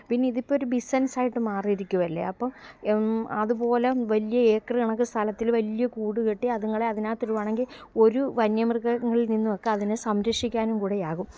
പിന്നിതിപ്പം ഒരു ബിസിനസ്സായിട്ടു മാറിയിരിക്കുകയല്ലേ അപ്പം അതുപോലെ വലിയ ഏക്കർ കണക്ക് സ്ഥലത്തിൽ വലിയ കൂടൂ കെട്ടി അതുങ്ങളെ അതിനകത്തിടുകയാണെങ്കിൽ ഒരു വന്യമൃഗങ്ങളില് നിന്നുമൊക്കെ അതിനെ സംരക്ഷിക്കാനും കൂടെയാകും